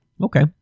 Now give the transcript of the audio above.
Okay